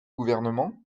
gouvernement